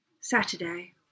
Saturday